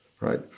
right